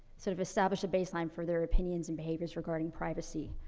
sort of establish a baseline for their opinions and behaviours regarding privacy.